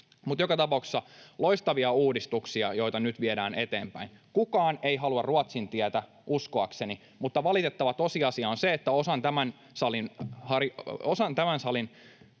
Mutta joka tapauksessa loistavia uudistuksia, joita nyt viedään eteenpäin. Kukaan ei halua Ruotsin tietä, uskoakseni, mutta valitettava tosiasia on se, että osa tämän salin